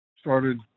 started